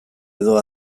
edo